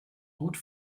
gut